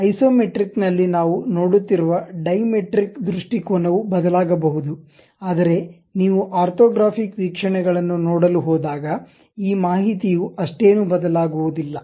isometric ನಲ್ಲಿ ನಾವು ನೋಡುತ್ತಿರುವ ಡೈಮೆಟ್ರಿಕ್ ದೃಷ್ಟಿಕೋನವು ಬದಲಾಗಬಹುದು ಆದರೆ ನೀವು ಆರ್ಥೋಗ್ರಾಫಿಕ್ ವೀಕ್ಷಣೆಗಳನ್ನು ನೋಡಲು ಹೋದಾಗ ಈ ಮಾಹಿತಿಯು ಅಷ್ಟೇನೂ ಬದಲಾಗುವುದಿಲ್ಲ